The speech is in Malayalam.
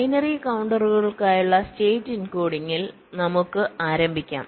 ബൈനറി കൌണ്ടറുകൾക്കായുള്ള സ്റ്റേറ്റ് എൻകോഡിംഗിൽ നമുക്ക് ആരംഭിക്കാം